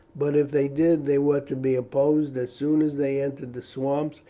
but if they did they were to be opposed as soon as they entered the swamps,